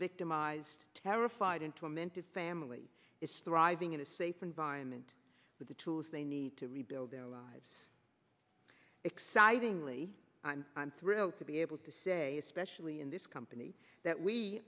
victimized terrified into a mentor family is thriving in a safe environment with the tools they need to rebuild their lives excitingly and i'm thrilled to be able to say especially in this company that we